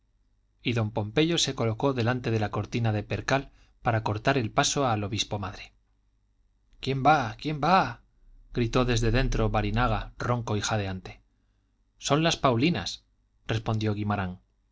y don pompeyo se colocó delante de la cortina de percal para cortar el paso al obispo madre quién va quién va gritó desde dentro barinaga ronco y jadeante son las paulinas respondió guimarán